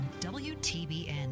wtbn